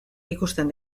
ikusten